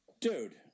Dude